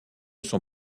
son